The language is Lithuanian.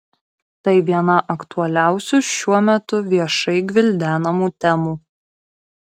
tai viena aktualiausių šiuo metu viešai gvildenamų temų